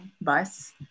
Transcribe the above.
bus